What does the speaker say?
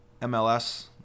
MLS